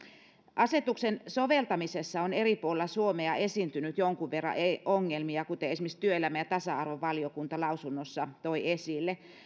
asetuksen soveltamisessa on eri puolilla suomea esiintynyt jonkun verran ongelmia kuten esimerkiksi työelämä ja tasa arvovaliokunta lausunnossa toi esille